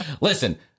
Listen